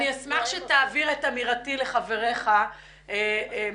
אני אשמח שתעביר את אמירתי לחבריך מוריי